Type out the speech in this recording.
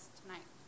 tonight